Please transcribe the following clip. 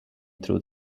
through